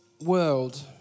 world